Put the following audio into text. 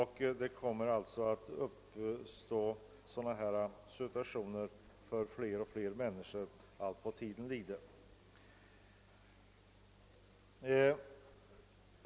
Det kommer alltså att uppstå sådana situationer för allt fler människor allteftersom tiden lider.